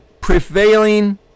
Prevailing